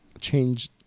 change